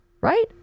right